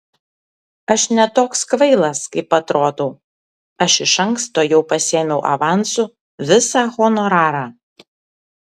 aš ne toks kvailas kaip atrodau aš iš anksto jau pasiėmiau avansu visą honorarą